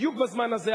בדיוק בזמן הזה,